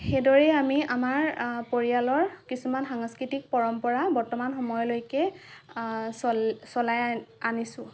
সেইদৰেই আমি আমাৰ পৰিয়ালৰ কিছুমান সাংস্কৃতিক পৰম্পৰা বৰ্তমান সময়লৈকে চল চলাই আনিছোঁ